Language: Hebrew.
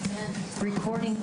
הישיבה